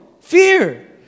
Fear